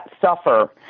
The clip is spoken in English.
suffer